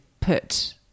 put